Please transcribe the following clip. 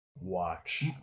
Watch